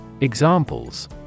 Examples